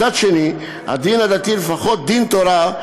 מצד שני, הדין הדתי, לפחות דין תורה,